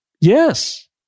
Yes